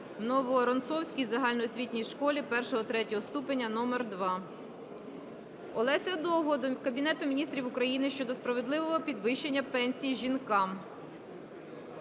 в Нововоронцовській загальноосвітній школі І-ІІІ ступеня № 2. Олеся Довгого до Кабінету Міністрів України щодо справедливого підвищення пенсій жінкам.